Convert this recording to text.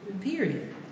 period